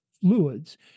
fluids